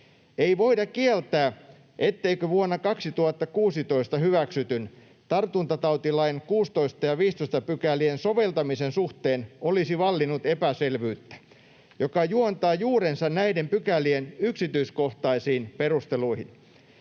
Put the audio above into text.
Ei voida kieltää, etteikö vuonna 2016 hyväksytyn tartuntatautilain 16 ja 15 §:ien soveltamisen suhteen olisi vallinnut epäselvyyttä, joka juontaa juurensa näiden pykälien yksityiskohtaisiin perusteluihin.